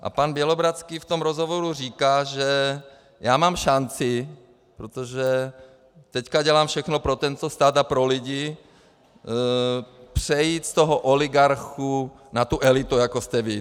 A pan Bělohradský v tom rozhovoru říká, že já mám šanci, protože teď dělám všechno pro tento stát a pro lidi, přejít z toho oligarchy na tu elitu, jako jste vy.